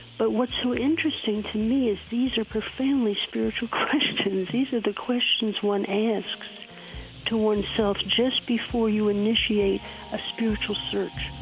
but what's so interesting to me is these are profoundly spiritual questions. these are the questions one asks to one's self just before you initiate a spiritual search